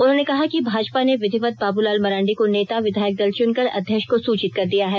उन्होंने कहा कि भाजपा ने विधिवत बाबूलाल मरांडी को नेता विधायकदल चुनकर अध्यक्ष को सूचित कर दिया है